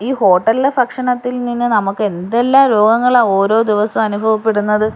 ഈ ഹോട്ടൽലേ ഭക്ഷണത്തിൽ നിന്ന് നമുക്ക് എന്തെല്ലാം രോഗങ്ങളാണ് ഓരോ ദിവസവും അനുഭവപ്പെടുന്നത്